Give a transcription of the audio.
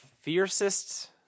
fiercest